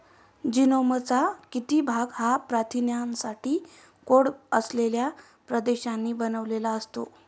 जीनोमचा किती भाग हा प्रथिनांसाठी कोड असलेल्या प्रदेशांनी बनलेला असतो?